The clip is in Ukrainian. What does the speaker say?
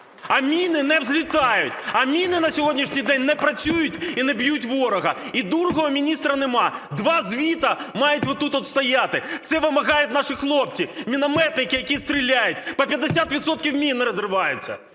а міни не взлітають, а міни на сьогоднішній день не працюють і не б'ють ворога, і другого міністра немає. Два звіти, мають тут стояти. Це вимагають наші хлопці-мінометники, які стріляють, по 50 відсотків мін не розриваються.